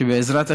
שבעזרת ה'